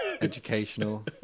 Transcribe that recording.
educational